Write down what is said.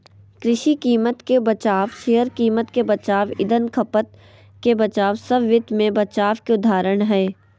कृषि कीमत के बचाव, शेयर कीमत के बचाव, ईंधन खपत के बचाव सब वित्त मे बचाव के उदाहरण हय